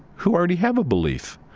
who already have a belief?